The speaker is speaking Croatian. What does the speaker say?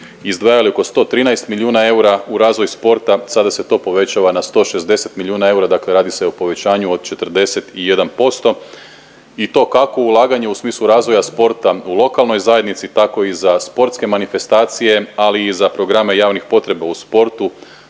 izdvajali oko 113 milijuna eura, u razvoj sporta, sada se to povećava na 160 milijuna eura, dakle radi se o povećanju od 41%. I to kakvo ulaganje u smislu razvoja sporta u lokalnoj zajednici, tako i za sportske manifestacije, ali i za programe javnih potreba u sportu